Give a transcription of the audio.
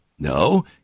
No